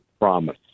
promise